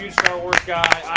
star wars guy,